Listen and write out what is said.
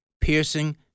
piercing